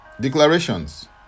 declarations